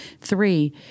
Three